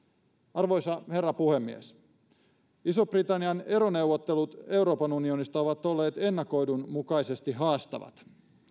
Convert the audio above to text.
arvoisa herra puhemies ison britannian eroneuvottelut euroopan unionista ovat olleet ennakoidun mukaisesti haastavat